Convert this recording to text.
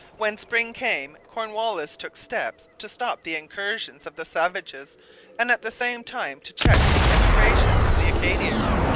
when spring came cornwallis took steps to stop the incursions of the savages and at the same time to check the emigration of the acadians.